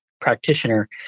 practitioner